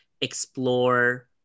explore